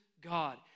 god